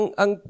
ang